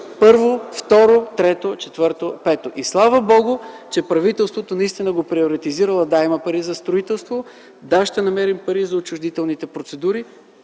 първо, второ, трето, четвърто, пето. И слава Богу, че правителството наистина го е приоретизирало. Да, има пари за правителство. Да, ще намерим пари и за учредителните процедури,